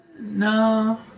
No